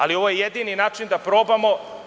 Ali, ovo je jedini način da probamo.